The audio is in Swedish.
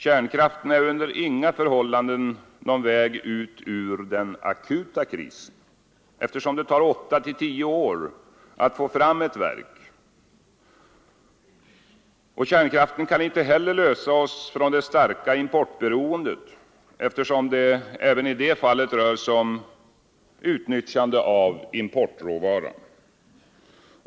Kärnkraften är under inga förhållanden någon väg ut ur den akuta krisen, eftersom det tar åtta till tio år att få fram ett verk, och kärnkraften kan inte heller lösa oss från det starka importberoendet, eftersom det även i det fallet rör sig om utnyttjande av importråvaror.